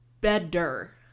better